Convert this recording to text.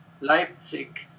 Leipzig